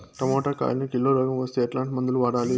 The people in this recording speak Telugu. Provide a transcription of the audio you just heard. టమోటా కాయలకు కిలో రోగం వస్తే ఎట్లాంటి మందులు వాడాలి?